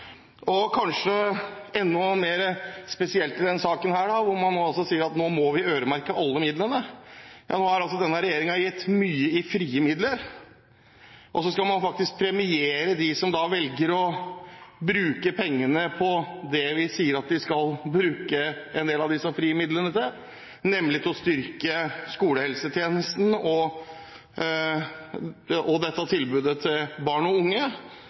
øremerke. Kanskje enda mer spesielt i denne saken er det at man sier at man må øremerke alle midlene. Ja, nå har denne regjeringen gitt mye i frie midler, og man skal faktisk premiere dem som velger å bruke pengene på det vi sier at de skal bruke en del av disse frie midlene til, nemlig til å styrke skolehelsetjenesten og tilbudet til barn og unge.